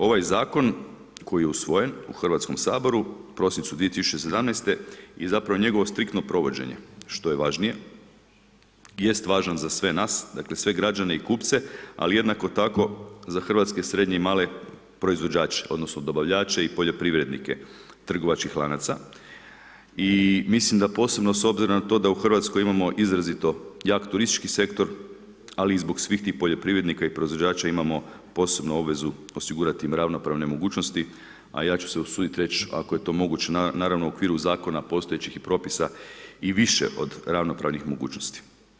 Ovaj zakon koji je usvojen u Hrvatskom saboru u prosincu 2017. i zapravo njegovo striktno provođenje što je važnije jest važan za sve nas, dakle sve građane i kupce ali jednako tako za hrvatske srednje i male proizvođače odnosno dobavljače i poljoprivrednike trgovačkih lanaca i mislim da posebno s obzirom na to da u Hrvatskoj imamo izrazito jak turistički sektor ali i zbog svih tih poljoprivrednika i proizvođača imamo posebnu obvezu osigurati im ravnopravne mogućnosti a ja će se usuditi reći ako je to moguće naravno u okviru zakona, postojećih i propisa i više od ravnopravnih mogućnosti.